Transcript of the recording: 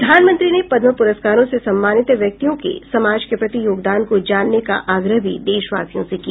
प्रधानमंत्री ने पद्म पुरस्कारों से सम्मानित व्यक्तियों के समाज के प्रति योगदान को जानने का आग्रह भी देशवासियों से किया